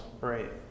Right